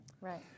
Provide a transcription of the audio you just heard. Right